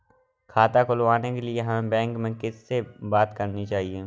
खाता खुलवाने के लिए हमें बैंक में किससे बात करनी चाहिए?